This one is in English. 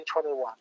2021